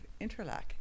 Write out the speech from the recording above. interlac